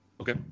okay